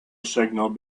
signal